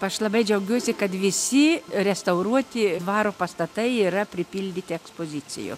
aš labai džiaugiuosi kad visi restauruoti dvaro pastatai yra pripildyti ekspozicijų